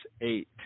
eight